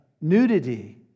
nudity